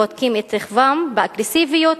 בודקים את רכבם באגרסיביות.